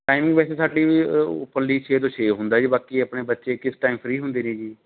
timing ਵੈਸੇ ਸਾਡੀ ਵੀ ਓਪਨਲੀ ਛੇ ਤੋਂ ਛੇ ਹੁੰਦਾ ਜੀ ਬਾਕੀ ਆਪਣੇ ਬੱਚੇ ਕਿਸ ਟਾਇਮ ਫਰੀ ਹੁੰਦੇ ਨੇ ਜੀ